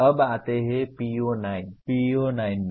अब आते हैं PO9 में